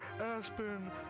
Aspen